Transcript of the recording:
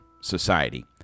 Society